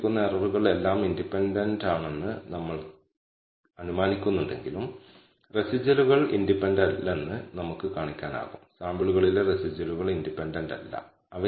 അവസാനമായി നമുക്ക് β̂₀ β̂1 ന്റെ ഫസ്റ്റ് മൊമെന്റ് പ്രോപ്പർട്ടികൾ മാത്രമല്ല β̂0 β̂1 ന്റെ വേരിയൻസ് ആയ സെക്കൻഡ് മൊമെന്റ് പ്രോപ്പർട്ടികളും ലഭിച്ചു നമുക്ക് പരാമീറ്ററുകളുടെ ഡിസ്ട്രിബ്യുഷനും നേടാനാകും